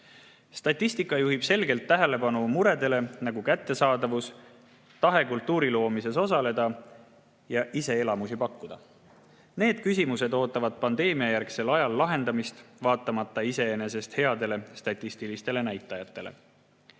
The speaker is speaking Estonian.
Statistika juhib selgelt tähelepanu sellistele muredele nagu kättesaadavus, tahe kultuuri loomises osaleda ja ise elamusi pakkuda. Need küsimused ootavad pandeemiajärgsel ajal lahendamist, vaatamata iseenesest headele statistilistele näitajatele.